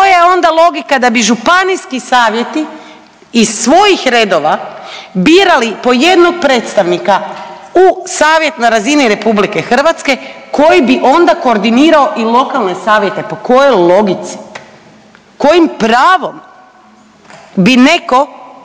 Koja je onda logika da bi županijski savjeti iz svojih redova birali po jednog predstavnika u savjet na razini RH koji bi onda koordinirao i lokalne savjete, po kojoj logici? Kojim pravom bi netko